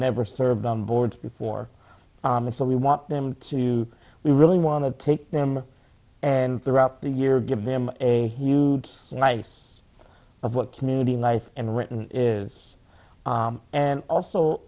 never served on boards before and so we want them to we really want to take them and throughout the year give them a huge nice of what community life and written is and also